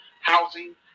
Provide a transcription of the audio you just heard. housing